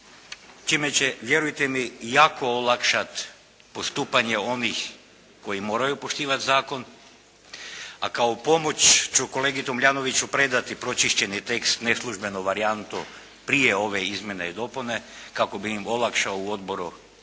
čime će, vjerujte mi jako olakšati postupanje onih koji moraju poštivati zakon, a kao pomoć ću kolegi Tomljanoviću predati pročišćeni tekst, ne službenu varijantu prije ove Izmjene i dopune kako bi im olakšao u Odboru